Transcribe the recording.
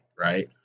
right